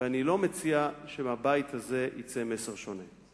ואני לא מציע שמהבית הזה יצא מסר שונה.